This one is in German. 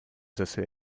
sessel